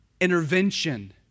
intervention